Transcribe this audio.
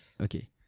okay